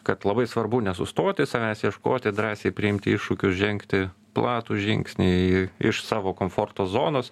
kad labai svarbu nesustoti savęs ieškoti drąsiai priimti iššūkius žengti platų žingsnį iš savo komforto zonos